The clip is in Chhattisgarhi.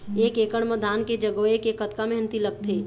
एक एकड़ म धान के जगोए के कतका मेहनती लगथे?